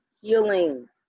healing